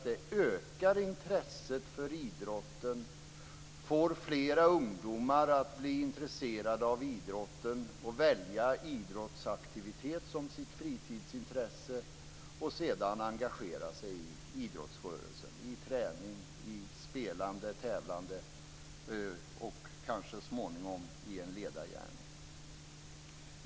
Det ökar intresset för idrotten och får fler ungdomar att bli intresserade av idrotten, välja en idrottsaktivitet som sitt fritidsintresse och sedan engagera sig i idrottsrörelsen i träning, spelande, tävlande och kanske så småningom i en ledargärning.